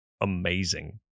amazing